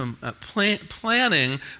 planning